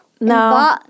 No